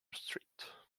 street